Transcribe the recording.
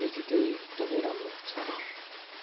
त्यति चाहिँ एकदमै राम्रो भएको छ अहिले